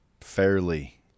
fairly